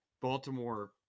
Baltimore